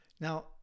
Now